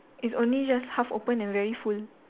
it's only just half opened and very full